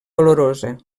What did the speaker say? dolorosa